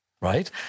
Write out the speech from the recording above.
right